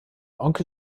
onkel